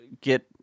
get